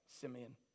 Simeon